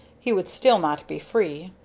he would still not be free.